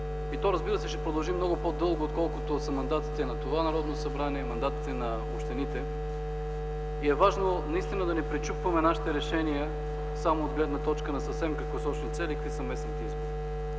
и тя, разбира се, ще продължи много по-дълго, отколкото са мандатите на това Народно събрание, мандатите на общините. И е важно наистина да не гледаме нашите решения, пречупени само от гледната точка на съвсем краткосрочните цели, каквито са местните избори.